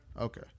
okay